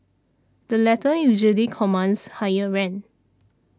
the latter usually commands higher rent